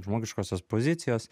žmogiškosios pozicijos